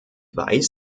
weiß